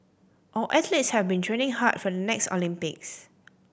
our athletes have been training hard for the next Olympics